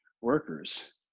workers